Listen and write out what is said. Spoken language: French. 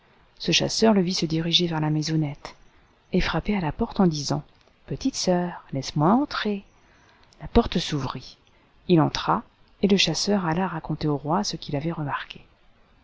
ce chasseur le vit se diriger vers la maisonnette et frapper à la porte en disant petite sœur laisse-moi entrer la porte s'ouvrit il entra et le chasseur alla raconter au roi ce qu'il avait remarqué